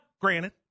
granted